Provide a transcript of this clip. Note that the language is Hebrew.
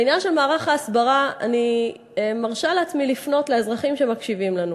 בעניין של מערך ההסברה אני מרשה לעצמי לפנות לאזרחים שמקשיבים לנו.